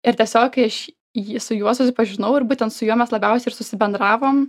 ir tiesiog kai aš jį su juo susipažinau ir būtent su juo mes labiausiai ir susibendravom